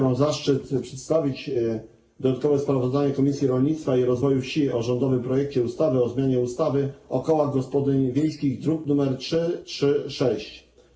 Mam zaszczyt przedstawić dodatkowe sprawozdanie Komisji Rolnictwa i Rozwoju Wsi o rządowym projekcie ustawy o zmianie ustawy o kołach gospodyń wiejskich, druk nr 336.